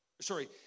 Sorry